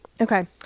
Okay